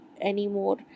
anymore